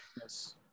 Yes